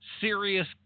serious